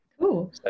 Cool